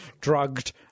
drugged